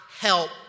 help